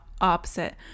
opposite